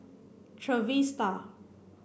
Trevista